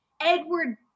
Edward